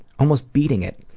almost beating it,